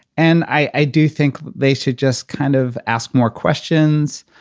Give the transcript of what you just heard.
and i do think they should just kind of ask more questions.